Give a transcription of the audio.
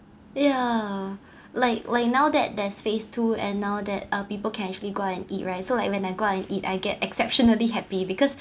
ya like like now that there's phase two and now that uh people can actually go out and eat right so like when I go out and eat I get exceptionally happy because